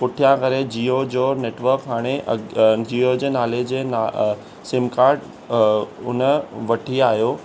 पुठियां करे जिओ जो नेटवर्क हाणे जिओ जे नाले जे सिम कार्ड उन वठी आहियो